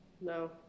No